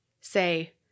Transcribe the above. say